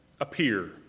appear